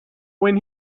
when